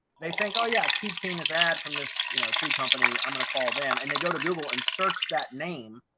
they think, oh, yeah, i keep seeing this ad from this, you know, tree company. i'm going to call them and they go to google and that name,